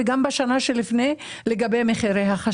זה הצפי.